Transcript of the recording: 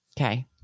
Okay